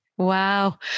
Wow